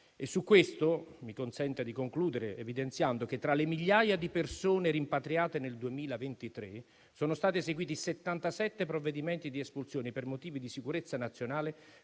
Su questo mi consenta di concludere, evidenziando che, tra le migliaia di persone rimpatriate nel 2023, sono stati eseguiti 77 provvedimenti di espulsione per motivi di sicurezza nazionale,